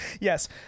yes